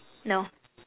no